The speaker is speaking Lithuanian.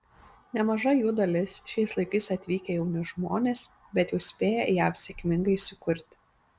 nemaža jų dalis šiais laikais atvykę jauni žmonės bet jau spėję jav sėkmingai įsikurti